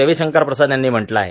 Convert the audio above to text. रविशंकर प्रसाद यांनी म्हटलं आहे